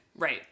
Right